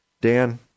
Dan